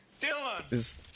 Dylan